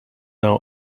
now